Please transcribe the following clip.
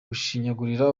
gushinyagurira